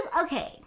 okay